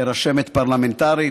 רשמת פרלמנטרית,